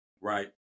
right